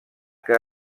que